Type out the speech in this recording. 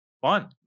fun